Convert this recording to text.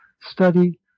study